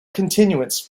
continuance